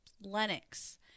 lennox